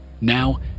Now